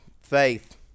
faith